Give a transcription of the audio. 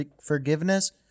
forgiveness